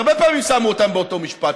הרבה פעמים שמו אותם באותו משפט,